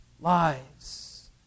lives